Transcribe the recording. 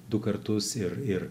du kartus ir ir